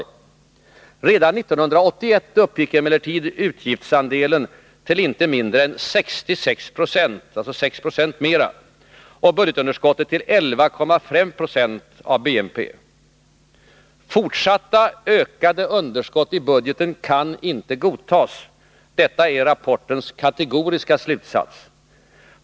Redan 1981 uppgick emellertid utgiftsandelen till inte mindre än 66 96 och budgetunderskottet till 11,5 26 av BNP. Fortsatta ökade underskott i budgeten kan icke godtas. Detta är rapportens kategoriska slutsats.